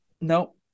No